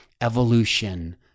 evolution